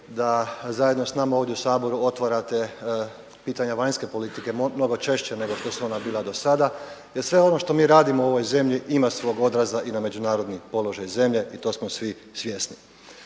da zajedno s nama ovdje u Saboru otvarate pitanja vanjske politike mnogo češće nego što ona bila do sada jer sve ono što mi radimo u ovoj zemlji ima svog odraza i na međunarodni položaj zemlje i tog smo svi svjesni.